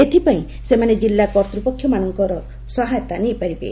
ଏଥିପାଇଁ ସେମାନେ କିଲ୍ଲା କର୍ତ୍ତୃପକ୍ଷମାନଙ୍କର ସହାୟତା ନେଇପାରିବେ